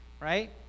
right